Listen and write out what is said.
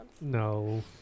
no